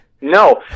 No